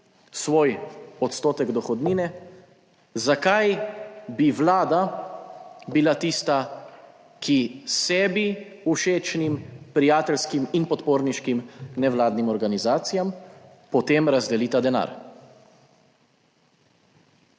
svoj odstotek dohodnine zakaj bi Vlada bila tista, ki sebi všečnim, prijateljskim in podporniškim nevladnim organizacijam, potem razdeli ta denar?